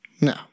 no